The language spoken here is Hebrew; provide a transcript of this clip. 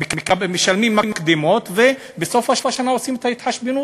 משלמים מקדמות ובסוף השנה עושים את ההתחשבנות.